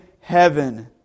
heaven